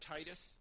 Titus